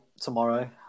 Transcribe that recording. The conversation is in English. tomorrow